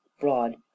Broad